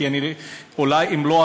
כי אולי אם לא,